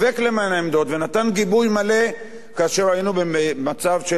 ונתן גיבוי מלא כאשר היינו במצב של מלחמה,